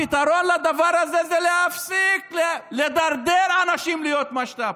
הפתרון לדבר הזה זה להפסיק לדרדר אנשים להיות משת"פים.